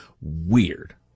weird